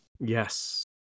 Yes